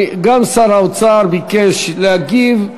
גם שר האוצר ביקש להגיב.